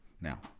now